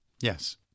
Yes